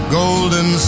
golden